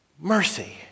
mercy